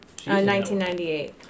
1998